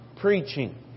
preaching